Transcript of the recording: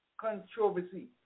controversy